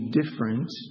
different